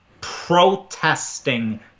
protesting